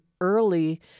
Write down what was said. early